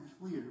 clear